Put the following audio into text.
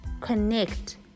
connect